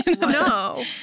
no